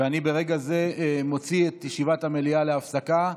ואני ברגע זה מוציא את ישיבת המליאה להפסקה,